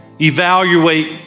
Evaluate